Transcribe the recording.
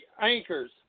anchors